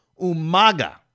Umaga